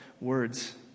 words